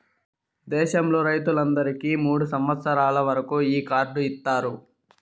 దేశంలో రైతులందరికీ మూడు సంవచ్చరాల వరకు ఈ కార్డు ఇత్తారు